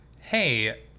Hey